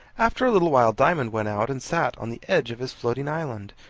after a little while diamond went out and sat on the edge of his floating island,